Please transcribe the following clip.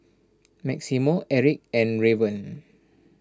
Maximo Erik and Raven